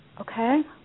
okay